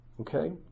Okay